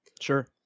sure